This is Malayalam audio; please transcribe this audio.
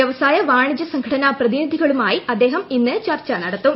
വ്യവസായ വാണിജ്യ സംഘടനാ പ്രതിനിധികളുമായി അദ്ദേഹം ഇന്ന് ചർച്ച നടത്തും